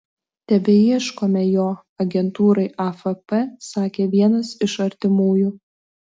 tebeieškome jo agentūrai afp sakė vienas iš artimųjų